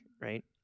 right